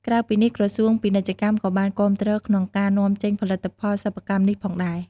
ក្រៅពីនេះ ក្រសួងពាណិជ្ជកម្មក៏បានគាំទ្រក្នុងការនាំចេញផលិតផលសិប្បកម្មនេះទៀតផង។